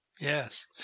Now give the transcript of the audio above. Yes